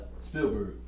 Spielberg